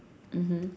mmhmm